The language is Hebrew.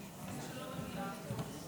חמש דקות.